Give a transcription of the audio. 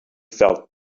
felt